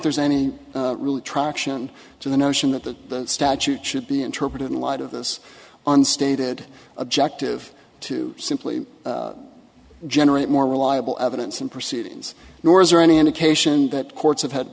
there's any real attraction to the notion that the statute should be interpreted in light of this on stated objective to simply generate more reliable evidence and proceedings nor is there any indication that courts have had